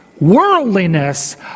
Worldliness